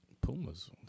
Pumas